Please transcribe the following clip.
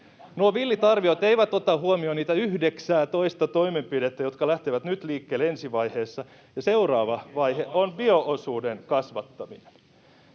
villit arviot eivät ota huomioon niitä 19:ää toimenpidettä, jotka lähtevät liikkeelle nyt ensi vaiheessa, ja seuraava vaihe on bio-osuuden kasvattaminen,